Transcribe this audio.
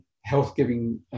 health-giving